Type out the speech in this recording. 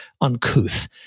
uncouth